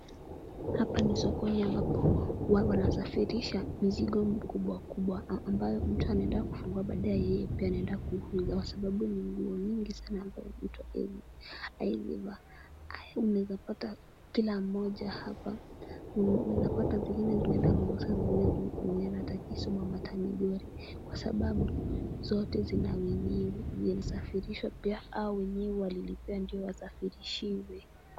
Hapa ni sokoni ambapo wanasafirisha mizigo kubwa kubwa ambayo mtu anaenda kufungua baadaye pia yeye anaenda kuuza kwa sababu ni nguo nyingi sana ambazo mtu hawezi vaa, halafu unaweza pata kila mmoja hapa, unaweza pata zingine zinaenda Mombasa zingine zinaenda hata Kisumu ama hata Migori kwa sababu zote zina wenyewe. Zinasafirishwa pia au wenyewe walilipia ndio wasafirishiwe.